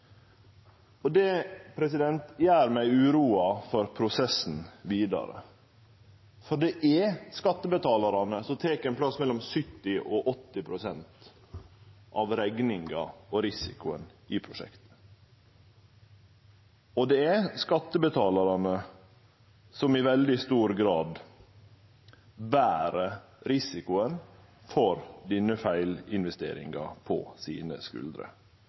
Det gjer meg uroa for prosessen vidare, for det er skattebetalarane som tek ein plass mellom 70 og 80 pst. av rekninga og risikoen i prosjektet, og det er skattebetalarane som i veldig stor grad ber risikoen for denne feilinvesteringa på sine skuldrer